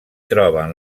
troben